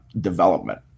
development